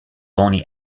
only